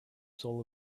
soul